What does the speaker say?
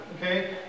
okay